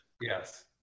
yes